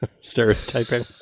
stereotyping